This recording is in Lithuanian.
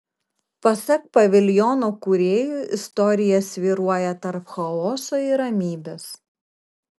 pasak paviljono kūrėjų istorija svyruoja tarp chaoso ir ramybės